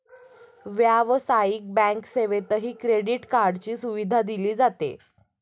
व्यावसायिक बँक सेवेतही क्रेडिट कार्डची सुविधा दिली जाते